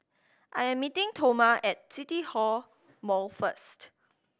I am meeting Toma at CityLink Mall first